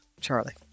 Charlie